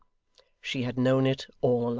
she had known it all along.